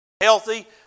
Healthy